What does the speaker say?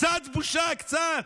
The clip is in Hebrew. קצת בושה, קצת?